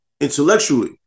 intellectually